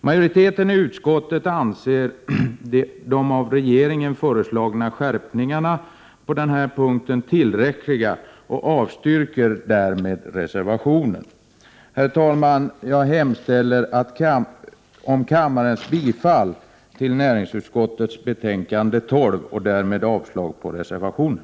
Majoriteten i utskottet anser de av regeringen föreslagna skärpningarna på denna punkt tillräckliga och avstyrker därmed reservationen. Herr talman! Jag hemställer om kammarens bifall till näringsutskottets hemställan i betänkande 12 och därmed avslag på reservationen.